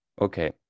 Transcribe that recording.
okay